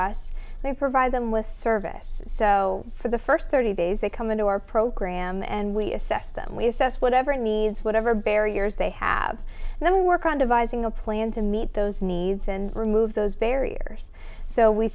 us they provide them with service so for the first thirty days they come into our program and we assess them we assess whatever needs whatever barriers they have and then work on devising a plan to meet those needs and remove those barriers so we